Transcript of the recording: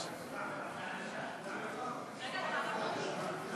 התשע"ו 2016,